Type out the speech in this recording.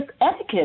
etiquette